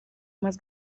más